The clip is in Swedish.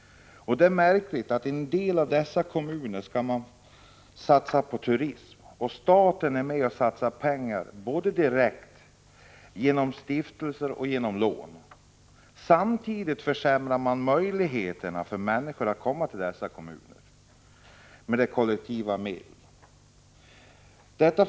Det är märkligt att man i en del av dessa kommuner skall satsa på turism. Staten är då med och satsar pengar, direkt, genom stiftelser och genom lån. Samtidigt försämrar man möjligheterna för människorna att komma till dessa kommuner med kollektiva kommunikationsmedel.